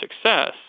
success